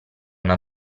una